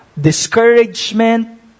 discouragement